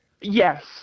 Yes